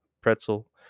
pretzel